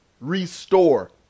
Restore